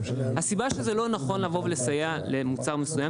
הסיבה שזה לא נכון לבוא ולסייע למוצר מסוים,